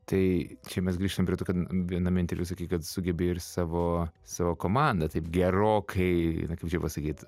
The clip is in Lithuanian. tai čia mes grįžtam prie to kad viename interviu sakei kad sugebi ir savo savo komandą taip gerokai kaip čia pasakyt